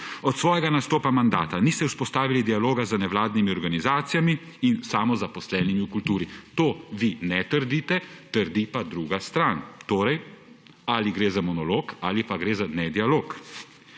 Od svojega nastopa mandata niste vzpostavili dialoga z nevladnimi organizacijami in samozaposlenimi v kulturi. Tega vi ne trdite, trdi pa druga stran. Torej, ali gre za monolog ali pa gre za nedialog.